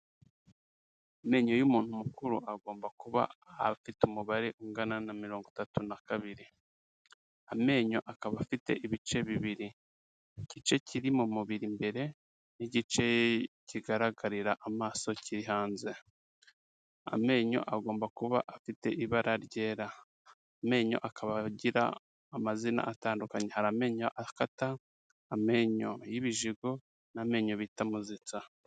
Amenyo y'umuntu mukuru agomba kuba afite umubare ungana na mirongo itatu na kabiri. Amenyo akaba afite ibice bibiri igice kiri mu mubiri mbere n'igice kigaragarira amaso kiri hanze. Amenyo agomba kuba afite ibara ryera amenyo akaba agira amazina atandukanye hari amenyo y'ibijigo n'amenyo bita muzitsa.